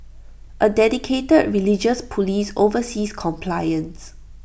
A dedicated religious Police oversees compliance